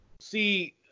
See